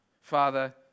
Father